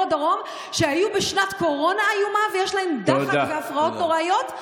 הדרום שהיו בשנת קורונה איומה ויש להם עכשיו דחק והפרעות נוראיות,